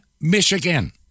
Michigan